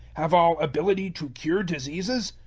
have all ability to cure diseases?